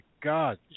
God